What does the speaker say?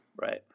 Right